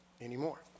anymore